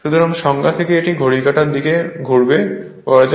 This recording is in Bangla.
সুতরাং স্বজ্ঞা থেকে এটি ঘড়ির কাঁটার দিকে ঘুরবে বলা যায়